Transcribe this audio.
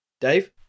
Dave